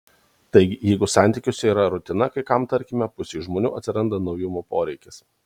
taigi jeigu santykiuose yra rutina kai kam tarkime pusei žmonių atsiranda naujumų poreikis